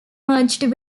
merged